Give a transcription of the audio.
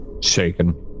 shaken